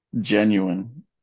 genuine